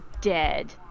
dead